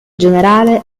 generale